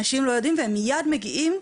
הם לא יודעים והם מיד מגיעים,